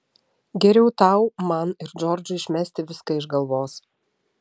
geriau tau man ir džordžui išmesti viską iš galvos